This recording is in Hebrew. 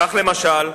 כך, למשל,